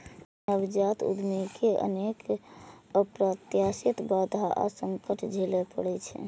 नवजात उद्यमी कें अनेक अप्रत्याशित बाधा आ संकट झेलय पड़ै छै